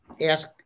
ask